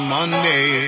Monday